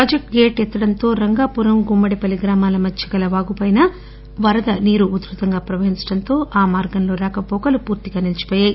ప్రాజెక్లు గేటు ఎత్తటంతో రంగాపురం గుమ్మ డివర్ణి గ్రామాల మధ్య గల వాగుపై వరద ఉదృతంగా ప్రవహించటంతో ఆమార్గంలో రాకపోకలు పూర్తిగా నిలిచిపోయాయి